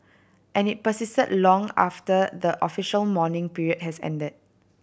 and it persisted long after the official mourning period has ended